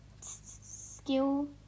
Skill